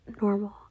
normal